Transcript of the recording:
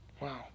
Wow